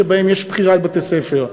שבהם יש בחירת בתי-ספר.